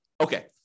Okay